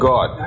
God